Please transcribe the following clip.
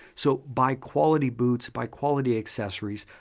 so, by quality boots, by quality accessories